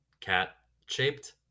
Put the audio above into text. cat-shaped